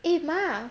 eh 妈